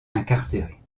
incarcérés